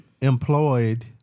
employed